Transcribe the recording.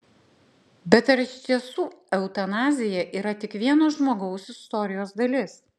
bet ar iš tiesų eutanazija yra tik vieno žmogaus istorijos dalis